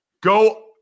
Go